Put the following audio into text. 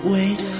Wait